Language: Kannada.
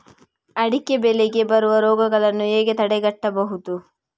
ಅಡಿಕೆ ಬೆಳೆಗೆ ಬರುವ ರೋಗಗಳನ್ನು ಹೇಗೆ ತಡೆಗಟ್ಟಬಹುದು?